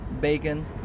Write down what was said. bacon